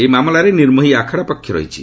ଏହି ମାମଲାରେ ନିର୍ମୋହି ଆଖଡ଼ା ପକ୍ଷ ରହିଛି